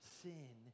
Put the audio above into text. sin